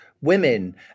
women